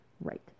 right